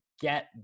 get